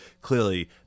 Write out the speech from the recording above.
clearly